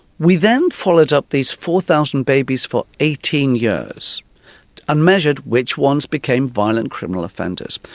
we then followed up these four thousand babies for eighteen years and measured which ones became violent criminal offenders.